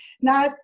Now